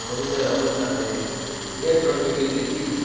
મોહિન્દર અમરનાથે જે ત્રણ વિકેટ લીધી